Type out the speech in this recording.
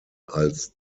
als